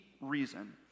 reason